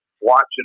watching